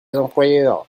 employeurs